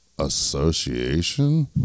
Association